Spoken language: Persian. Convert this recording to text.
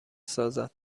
سازد